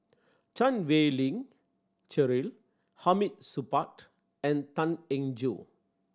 Chan Wei Ling Cheryl Hamid Supaat and Tan Eng Joo